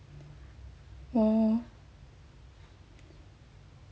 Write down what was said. oh